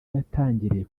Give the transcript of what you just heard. yatangiriye